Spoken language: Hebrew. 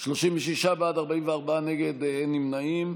להיות: מדינת ישראל נגד הנאשם בנימין נתניהו,